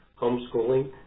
homeschooling